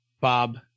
Bob